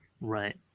Right